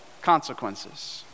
consequences